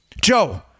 Joe